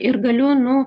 ir galiu nu